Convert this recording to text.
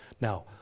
Now